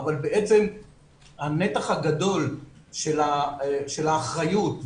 אבל הנתח הגדול של האחריות,